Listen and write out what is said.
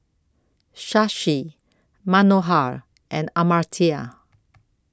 Shashi Manohar and Amartya